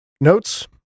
Notes